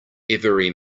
every